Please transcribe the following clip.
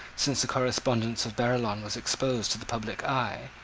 since the correspondence of barillon was exposed to the public eye,